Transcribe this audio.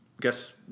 guess